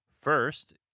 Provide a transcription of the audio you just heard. First